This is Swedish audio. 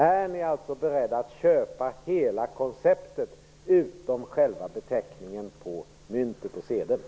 Är ni beredda att köpa hela konceptet utom själva beteckningen på myntet och sedeln?